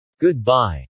goodbye